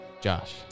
Josh